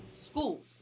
schools